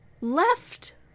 left